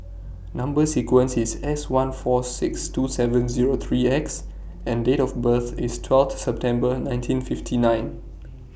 Number sequence IS S one four six two seven Zero three X and Date of birth IS twelfth September nineteen fifty nine